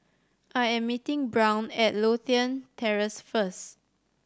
I am meeting Brown at Lothian Terrace first